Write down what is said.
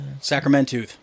Sacramento